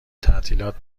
تعطیلات